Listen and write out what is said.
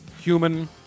human